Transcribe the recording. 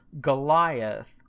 Goliath